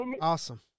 Awesome